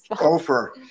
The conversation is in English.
Ofer